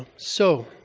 so,